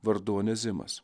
vardu onezimas